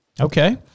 Okay